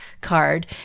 card